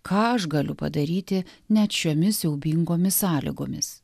ką aš galiu padaryti net šiomis siaubingomis sąlygomis